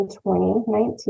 2019